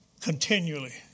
continually